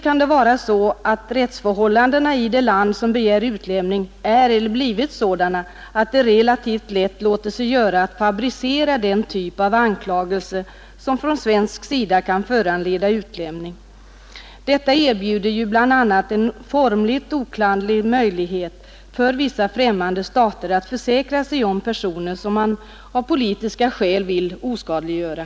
För det första kan rättsförhållandena i det land, som begär utlämning, vara eller ha blivit sådana att det relativt lätt låter sig göra att fabricera den typ av anklagelser som från svensk sida kan föranleda utlämning. Detta ger en formellt oklanderlig möjlighet för vissa främmande stater att försäkra sig om personer som man av politiska skäl vill oskadliggöra.